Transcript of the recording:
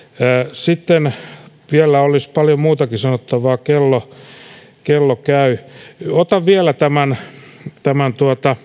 sitten vielä olisi paljon muutakin sanottavaa kello kello käy otan vielä tämän tämän